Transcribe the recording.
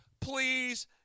please